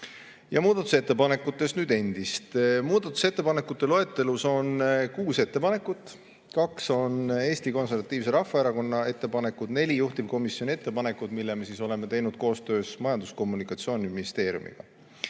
muudatusettepanekutest endist. Muudatusettepanekute loetelus on kuus ettepanekut. Kaks on Eesti Konservatiivse Rahvaerakonna ettepanekud ning neli on juhtivkomisjoni ettepanekud, mille me oleme teinud koostöös Majandus- ja Kommunikatsiooniministeeriumiga.